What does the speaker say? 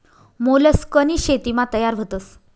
मोलस्कनी शेतीमा तयार व्हतस